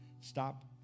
Stop